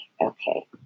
okay